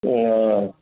ம் ஆ